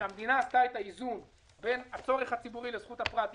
כשהמדינה עשתה את האיזון בין הצורך הציבורי לזכות הפרט היא